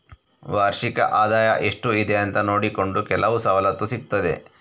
ವಾರ್ಷಿಕ ಆದಾಯ ಎಷ್ಟು ಇದೆ ಅಂತ ನೋಡಿಕೊಂಡು ಕೆಲವು ಸವಲತ್ತು ಸಿಗ್ತದೆ